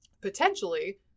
potentially